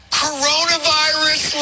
coronavirus